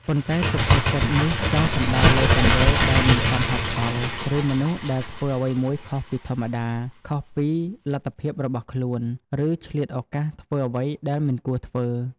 ប៉ុន្តែសុភាសិតនេះចង់សំដៅលើទង្វើដែលមិនសមហេតុផល ឬមនុស្សដែលធ្វើអ្វីមួយខុសពីធម្មតា ខុសពីលទ្ធភាពរបស់ខ្លួន ឬឆ្លៀតឱកាសធ្វើអ្វីដែលមិនគួរធ្វើ។